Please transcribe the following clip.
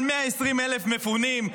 על 120,000 מפונים?